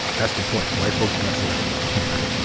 that's the point white folks mess it up.